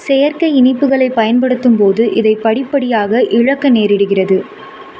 செயற்கை இனிப்புகளைப் பயன்படுத்தும்போது இதைப் படிப்படியாக இழக்க நேரிடுகிறது